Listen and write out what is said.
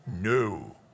No